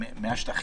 מהשטחים,